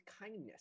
kindness